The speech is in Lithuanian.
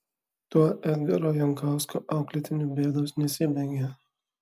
tuo edgaro jankausko auklėtinių bėdos nesibaigė